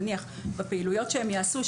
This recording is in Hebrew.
נניח בפעילויות שהם יעשו,